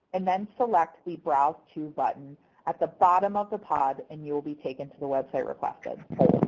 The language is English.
and then select the browse to button at the bottom of the pod and you will be taken to the website requested.